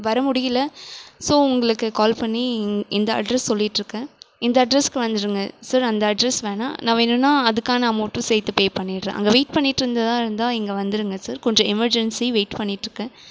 வர முடியிலை ஸோ உங்களுக்கு கால் பண்ணி இந்த அட்ரஸ் சொல்லிட்யிருக்கேன் இந்த அட்ரஸ்க்கு வந்துருங்க சார் அந்த அட்ரஸ் வேணா நான் வேணும்ன்னா அதுக்கான அமௌண்ட்டும் சேர்த்து பே பண்ணிவிடுறேன் அங்கே வெயிட் பண்ணிகிட்டு இருந்ததால் இருந்தால் இங்கே வந்துருங்க சார் கொஞ்சம் எமெர்ஜென்சி வெயிட் பண்ணிட்யிருக்கேன்